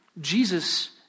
Jesus